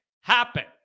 happen